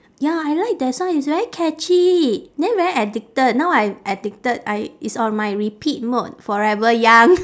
ya I like their song it's very catchy then very addicted now I addicted I it's on my repeat mode forever young